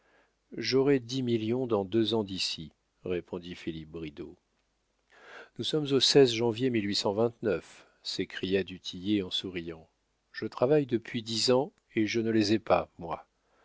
j'aurai dix millions dans deux ans d'ici répondit philippe bridau nous sommes au janvier s'écria du tillet en souriant je travaille depuis dix ans et je ne les ai pas moi